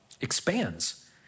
expands